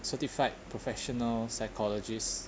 certified professional psychologist